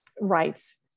rights